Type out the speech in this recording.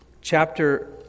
chapter